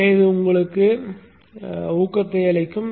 எனவே இது உங்களுக்கு ஊக்கத்தை அளிக்கும்